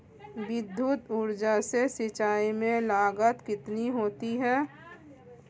विद्युत ऊर्जा से सिंचाई में लागत कितनी होती है?